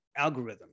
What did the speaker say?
algorithms